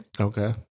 Okay